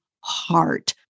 heart